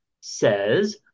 says